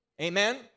Amen